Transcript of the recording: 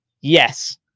Yes